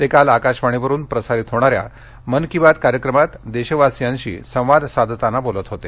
ते काल आकाशवाणीवरुन प्रसारित होणाऱ्या मन की बात या कार्यक्रमात देशवासियांशी संवाद साधताना बोलत होते